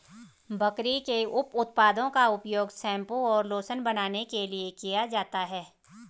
बकरी के उप उत्पादों का उपयोग शैंपू और लोशन बनाने के लिए किया जाता है